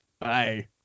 bye